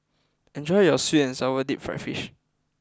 enjoy your Sweet and Sour Deep Fried Fish